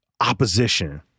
opposition